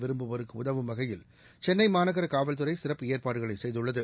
விரும்புவோருக்கு உதவும் வகையில் சென்னை மாநகர காவல்துறை சிறப்பு ஏற்பாடுகளை செய்துள்ளது